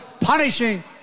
punishing